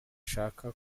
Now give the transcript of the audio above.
shaka